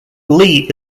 lee